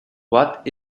what